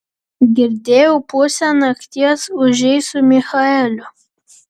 girdėjau pusę nakties ūžei su michaeliu